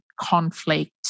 conflict